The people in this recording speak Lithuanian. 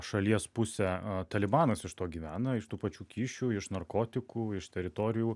šalies pusę talibanas iš to gyvena iš tų pačių kyšių iš narkotikų iš teritorijų